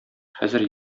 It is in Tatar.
хәзер